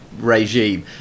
regime